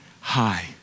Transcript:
high